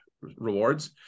rewards